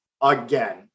again